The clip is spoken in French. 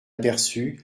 aperçus